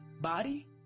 body